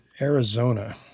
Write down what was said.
arizona